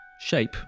shape